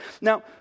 Now